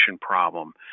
problem